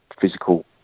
physical